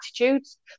attitudes